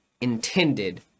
intended